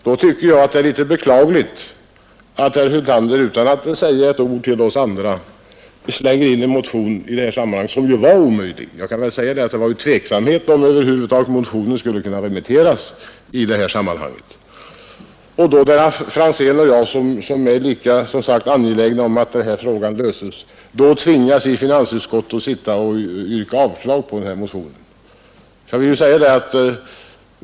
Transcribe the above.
Jag tycker då att det är beklagligt att herr Hyltander utan att säga ett ord till oss andra slänger in en motion som var omöjlig — jag kan tala om att det rådde tveksamhet, huruvida motionen över huvud taget skulle remitteras — varigenom herr Franzén och jag, som är lika angelägna om att frågan löses, tvingades att i finansutskottet yrka avslag på motionen.